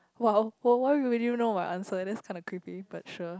!wow! !woah! why would you know my answer that's kinda creepy but sure